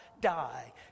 die